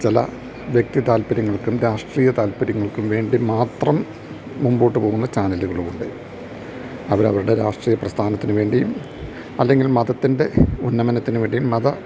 ചില വ്യക്തി താല്പര്യങ്ങൾക്കും രാഷ്ട്രീയ താല്പര്യങ്ങൾക്കും വേണ്ടി മാത്രം മുന്നോട്ടുപോകുന്ന ചാനലുകളുമുണ്ട് അവരവരുടെ രാഷ്ട്രീയ പ്രസ്ഥാനത്തിന് വേണ്ടിയും അല്ലെങ്കിൽ മതത്തിൻ്റെ ഉന്നമനത്തിന് വേണ്ടിയും മത